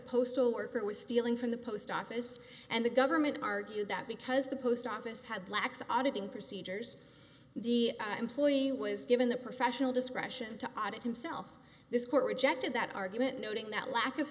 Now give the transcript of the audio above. postal worker was stealing from the post office and the government argued that because the post office had lax auditing procedures the employee was given the professional discretion to audit himself this court rejected that argument noting that lack of